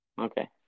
Okay